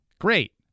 Great